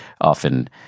often